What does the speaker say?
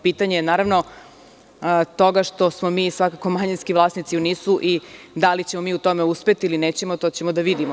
Pitanje je toga što smo mi svakako manjinski vlasnici u NIS-u i da li ćemo mi u tome uspeti ili nećemo, to ćemo da vidimo.